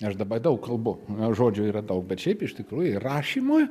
aš dabar daug kalbu na žodžių yra daug bet šiaip iš tikrųjų rašymui